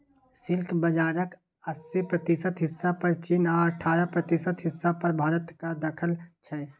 silk बजारक अस्सी प्रतिशत हिस्सा पर चीन आ अठारह प्रतिशत हिस्सा पर भारतक दखल छै